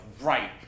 right